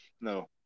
No